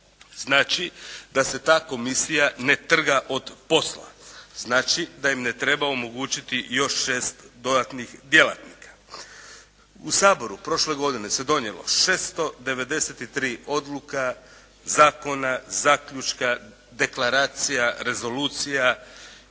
Znači da se ta komisija ne trga od posla. Znači da im ne treba omogućiti još 6 dodatnih djelatnika. U Saboru prošle godine se donijelo 693 odluka, zakona, zaključka, deklaracija, rezolucija